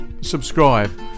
subscribe